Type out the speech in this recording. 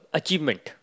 achievement